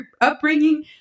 upbringing